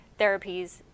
therapies